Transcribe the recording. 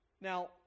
Now